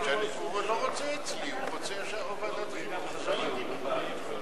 איסור התערטלות בפומבי),